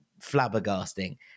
flabbergasting